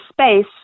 space